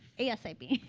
asap.